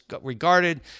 regarded